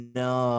no